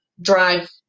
drive